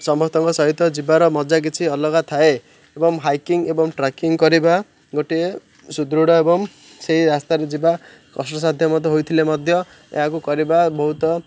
ସମସ୍ତଙ୍କ ସହିତ ଯିବାର ମଜା କିଛି ଅଲଗା ଥାଏ ଏବଂ ହାଇକିଙ୍ଗ ଏବଂ ଟ୍ରାକିଙ୍ଗ କରିବା ଗୋଟିଏ ସୁଦୃଢ଼ ଏବଂ ସେଇ ରାସ୍ତାରେ ଯିବା କଷ୍ଟସାଧ୍ୟ ମଧ୍ୟ ହୋଇଥିଲେ ମଧ୍ୟ ଏହାକୁ କରିବା ବହୁତ